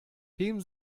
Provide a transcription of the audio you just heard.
heben